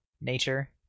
nature